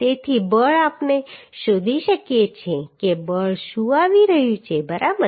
તેથી બળ આપણે શોધી શકીએ છીએ કે બળ શું આવી રહ્યું છે બરાબર